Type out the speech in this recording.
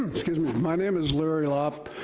excuse me, my name is larry lopp.